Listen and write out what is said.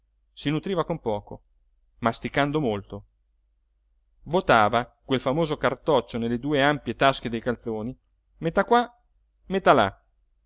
si nutriva con poco masticando molto votava quel famoso cartoccio nelle due ampie tasche dei calzoni metà qua metà là